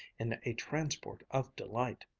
in a transport of delight.